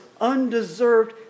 undeserved